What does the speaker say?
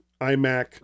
imac